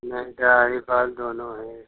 नहीं दाढ़ी बाल दोनों हैं